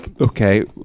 Okay